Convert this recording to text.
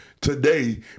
Today